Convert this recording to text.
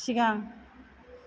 सिगां